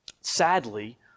sadly